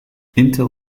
intel